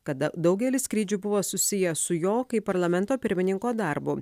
kada daugelis skrydžių buvo susiję su jo kaip parlamento pirmininko darbu